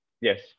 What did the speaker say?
yes